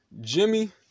Jimmy